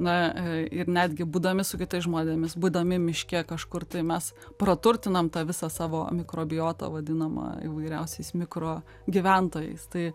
na ir netgi būdami su kitais žmonėmis būdami miške kažkur tai mes praturtinam tą visą savo mikrobiotą vadinamą įvairiausiais mikro gyventojais tai